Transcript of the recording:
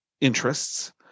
interests